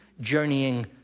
journeying